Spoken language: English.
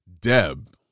Deb